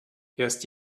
erst